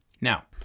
Now